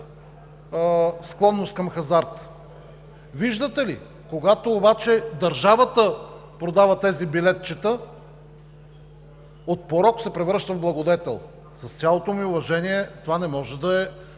склонност към хазарта. Виждате ли, обаче когато държавата продава тези билетчета, от порок се превръща в благодетел. С цялото ми уважение, това не може да е